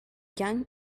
young